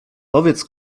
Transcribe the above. powiedz